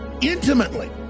Intimately